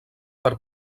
per